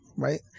Right